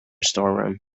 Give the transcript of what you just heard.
storeroom